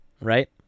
right